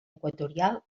equatorial